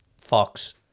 Fox